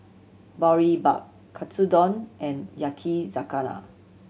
Boribap Katsudon and Yakizakana